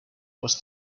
was